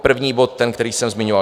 První bod ten, který jsem zmiňoval.